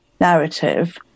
narrative